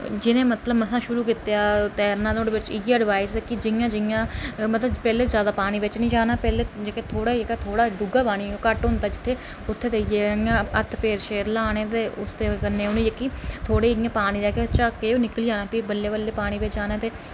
जिन्ने मतलब महां शुरू कीता तैरना ते नुआढ़े बिच इयै ऐडवाइस ऐ कि जियां जियां मतलब पैह्ले जादा पानी बिच निं जाना पैह्ले जेह्का थोहड़ा जेह्का थोहड़ा डूंह्गा पानी ओह् घट्ट होंदा उत्थै जाइयै इयां हत्थ पैर शैर ल्हाने ते उस कन्नै उनें ई ई जेह्की थोहड़ी इयां पानी दी झाके ओह् निकली जाने प्ही बल्लें बल्लें पानी बिच जाना ते